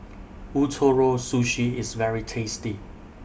Ootoro Sushi IS very tasty